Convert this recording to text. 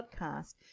podcast